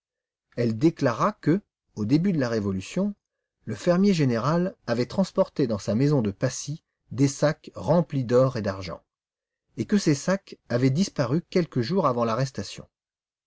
elle déclara que au début de la révolution le fermier général avait transporté dans sa maison de passy des sacs remplis d'or et d'argent et que ces sacs avaient disparu quelques jours avant l'arrestation